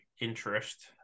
interest